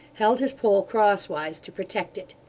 held his pole crosswise to protect it.